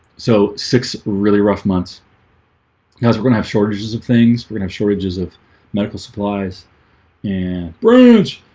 so six really rough months cause we're gonna have shortages of things we're gonna have shortages of medical supplies and brilliant